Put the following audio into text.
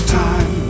time